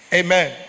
amen